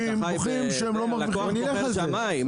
הלקוח בוחר שמאי?